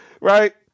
Right